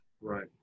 Right